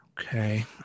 Okay